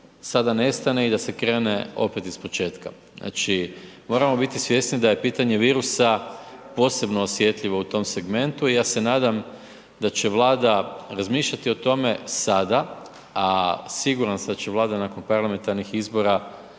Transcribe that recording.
sada nestane i da se krene opet iz početka. Znači moramo biti svjesni da je pitanje virusa posebno osjetljivo u tom segmentu i ja se nadam da će Vlada razmišljati o tome sada, a siguran sam da će Vlada nakon parlamentarnih izbora